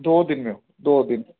دو دن میں دو دن